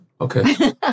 okay